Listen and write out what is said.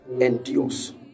endures